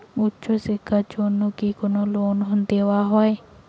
উচ্চশিক্ষার জন্য কি লোন দেওয়া হয়?